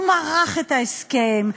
הוא מרח את ההסכם,